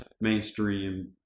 mainstream